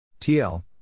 TL